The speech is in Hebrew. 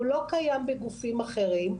הוא לא קיים בגופים אחרים.